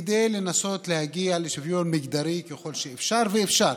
כדי לנסות להגיע לשוויון מגדרי ככל האפשר, ואפשר.